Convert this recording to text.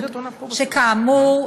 שכאמור,